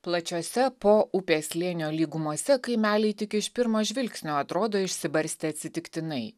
plačiuose po upės slėnio lygumose kaimeliai tik iš pirmo žvilgsnio atrodo išsibarstę atsitiktinai